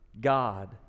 God